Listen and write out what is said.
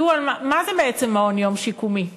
מה זה בעצם מעון-יום שיקומי?